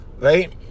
right